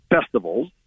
festivals